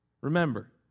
Remember